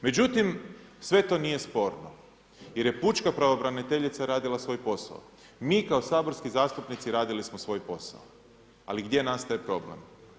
Međutim, sve to nije sporno, jer je pučka pravobraniteljica radila svoj posao, mi kao saborski zastupnici radili smo svoj posao, ali gdje nastaje problem?